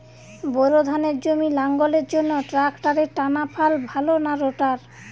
Bore ধানের জমি লাঙ্গলের জন্য ট্রাকটারের টানাফাল ভালো না রোটার?